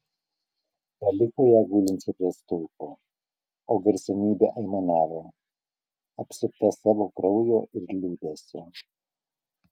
paliko ją gulinčią prie stulpo o garsenybė aimanavo apsupta savo kraujo ir liūdesio